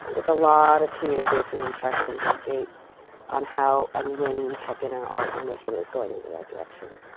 it's a lot of communication, and check-ins, and gates on how and when you check in on art and make sure that it's going in the right direction.